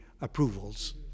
approvals